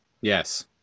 Yes